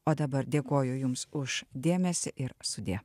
o dabar dėkoju jums už dėmesį ir sudie